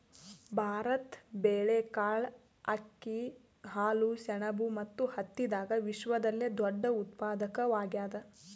ಭಾರತ ಬೇಳೆಕಾಳ್, ಅಕ್ಕಿ, ಹಾಲು, ಸೆಣಬು ಮತ್ತು ಹತ್ತಿದಾಗ ವಿಶ್ವದಲ್ಲೆ ದೊಡ್ಡ ಉತ್ಪಾದಕವಾಗ್ಯಾದ